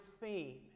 theme